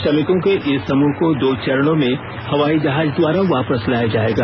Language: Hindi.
श्रमिकों के इस समूह को दो चरणों में हवाई जहाज द्वारा वापस लाया जाएगा